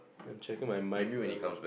I'm checking my mic level